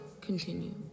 continue